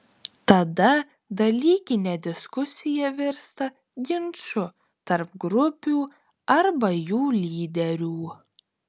tada dalykinė diskusija virsta ginču tarp grupių arba jų lyderių